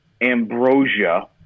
Ambrosia